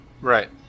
Right